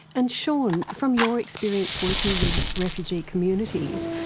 and shaun, from your experience working with refugee communities,